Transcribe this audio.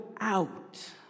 out